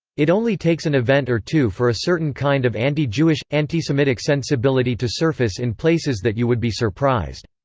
it only takes an event or two for a certain kind of anti-jewish, antisemitic sensibility to surface in places that you would be surprised.